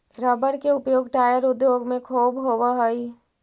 rubber के उपयोग tyre उद्योग में ख़ूब होवऽ हई